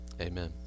Amen